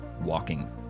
walking